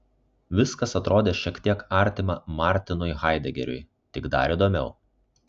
viskas atrodė šiek tiek artima martinui haidegeriui tik dar įdomiau